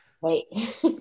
wait